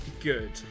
good